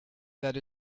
that